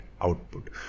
output